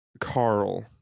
Carl